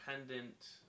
independent